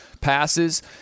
passes